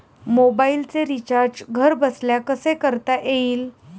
मोबाइलचे रिचार्ज घरबसल्या कसे करता येईल?